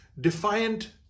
defiant